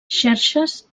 xerxes